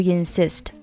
insist